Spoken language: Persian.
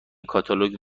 کاتالوگ